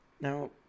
Now